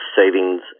savings